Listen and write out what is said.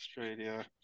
Australia